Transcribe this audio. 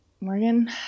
Morgan